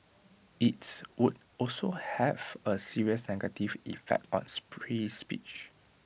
IT would also have A serious negative effect on free speech